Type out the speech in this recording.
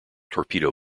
torpedo